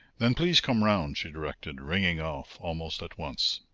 then please come round, she directed, ringing off almost at once.